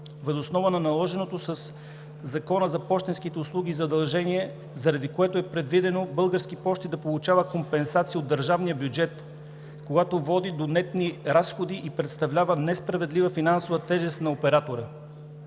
въз основа на наложеното със Закона за пощенските услуги задължение, заради което е предвидено Български пощи да получава компенсации от държавния бюджет, което води до нетни разходи и представлява несправедлива финансова тежест на оператора.